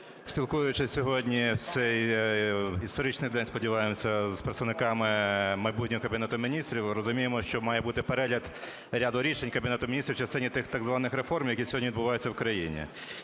спілкуючись сьогодні, в цей історичний день, сподіваємося, з представниками майбутнього Кабінету Міністрів, розуміємо, що має бути перегляд ряду рішень Кабінету Міністрів в частині тих так званих "реформ", які сьогодні відбуваються в країні.